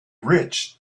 rich